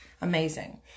amazing